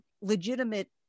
legitimate